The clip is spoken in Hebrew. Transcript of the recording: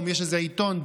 יש איזה עיתון,